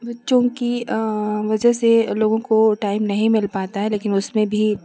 बच्चों की बच्चो से लोगों को टाइम नहीं मिल पाता है लेकिन उससे भी